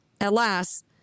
alas